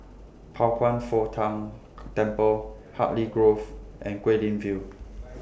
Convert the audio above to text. Pao Kwan Foh Tang Temple Hartley Grove and Guilin View